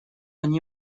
они